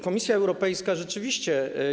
Komisja Europejska rzeczywiście.